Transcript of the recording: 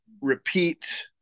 repeat